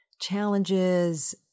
challenges